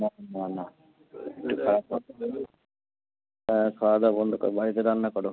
হ্যাঁ হ্যাঁ হ্যাঁ খাওয়া দাওয়া বন্ধ কর বাড়িতে রান্না করো